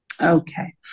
Okay